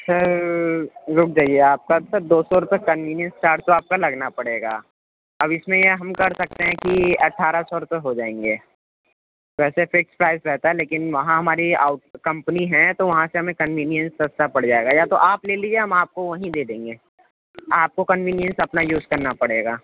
سر رک جائیے آپ کا سر دو سو روپے کنوینئنس چارج تو آپ کا لگنا پڑے گا اب اس میں یہ ہم کر سکتے ہیں کہ اٹھارہ سو روپے ہو جائیں گے ویسے فکس پرائز رہتا لیکن وہاں ہماری آؤٹ کمپنی ہیں تو وہاں سے ہمیں کنوینئنس سستا پڑ جائے گا یا تو آپ لے لیجیے ہم آپ کو وہیں دے دیں گے آپ کو کنوینئنس اپنا یوز کرنا پڑے گا